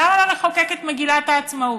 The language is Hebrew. למה לא לחוקק את מגילת העצמאות?